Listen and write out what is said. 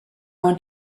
want